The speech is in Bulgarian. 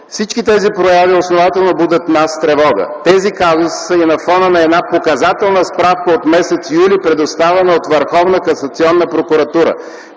Всички тези прояви основателно будят в нас тревога. Тези казуси са и на фона на една показателна справка от м. юли т.г., предоставена от Върховна касационна прокуратура.